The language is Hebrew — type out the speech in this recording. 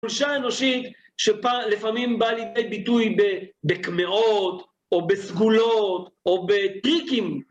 חולשה אנושית שפע.. לפעמים באה לידי ביטוי בקמעות, או בסגולות, או בדיקים.